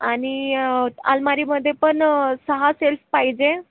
आणि अलमारीमध्ये पण सहा सेल्फ पाहिजे